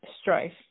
strife